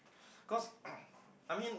cause I mean